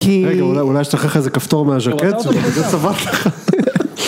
רגע, אולי אשתה אחר כך איזה כפתור מהז'קט, זה סבבה לך.